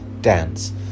dance